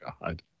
God